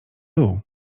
dół